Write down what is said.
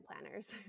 planners